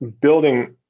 building